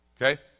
Okay